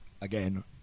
again